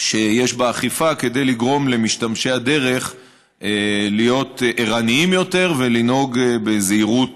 שיש באכיפה כדי לגרום למשתמשי הדרך להיות ערניים יותר ולנהוג בזהירות